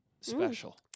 special